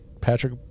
Patrick